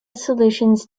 solutions